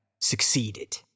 succeeded